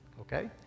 Okay